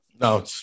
No